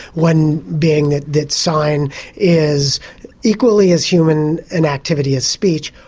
one being that that sign is equally as human an activity as speech,